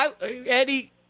Eddie